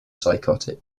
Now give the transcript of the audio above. psychotic